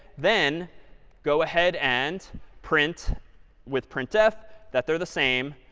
then go ahead and print with printf that they're the same.